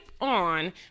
on